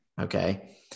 Okay